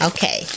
Okay